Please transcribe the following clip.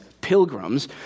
pilgrims